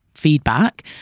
feedback